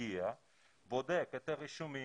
שמגיע ובודק את הרישומים,